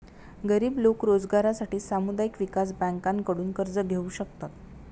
गरीब लोक रोजगारासाठी सामुदायिक विकास बँकांकडून कर्ज घेऊ शकतात